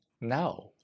now